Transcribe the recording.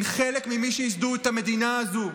הן חלק ממי שייסדו את המדינה הזו.